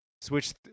Switch